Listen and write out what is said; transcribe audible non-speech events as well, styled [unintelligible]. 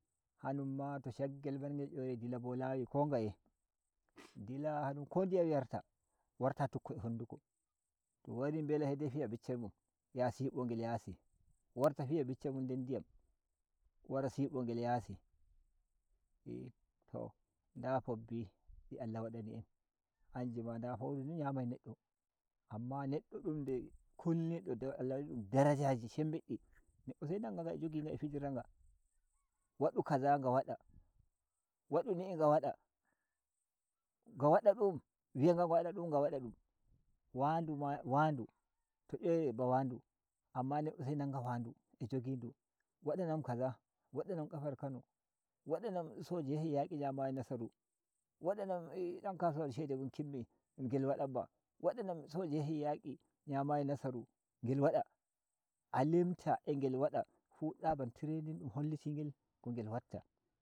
Ha ‘yun ma to shaggel margel youre dila lawi ko ngeye dila ha nyum ko ɗiyam yarta warta tukko a hnduko t wari mbela saidai fiya biccel mun yaha sibo ngel yasi worta fiya biccel mun der ndiyam wara sibo ngel yasi e to nda fobbi di Allah wadani en hanji ma nda fouru ni nyamai neɗɗo amma neɗɗo dum nde kulni do dow Allah waɗani dum daraja shembiɗɗi neɗɗo sai nanga nga a jog inga a fijira nga wadu kaza nga wada wadun ni’i nga wada nga wada dun um wi’a nga nga wada do nga waɗa ɗum wan du ma waindu to youre ba wan du amm nanga wan du a jogi ndu wada nam kaza wada nam kafar kano wada nam soja yahi yaki ‘yamayi nasaru wada nam dan kasuwa shedemun kimmi ngel waɗamma waɗa nam soja yahi yaki ‘yamayi nasaru ngel wada a limta a ngel wada fu tsabar [unintelligible] dun holliti nge no gel watta.